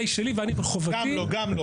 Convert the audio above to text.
גם לא.